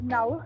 Now